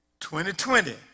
2020